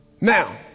Now